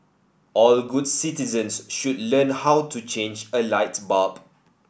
all good citizens should learn how to change a light bulb